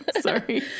Sorry